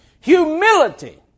humility